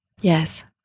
Yes